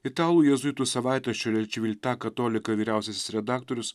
italų jėzuitų savaitraščio le čivilta katolika vyriausiasis redaktorius